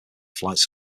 flights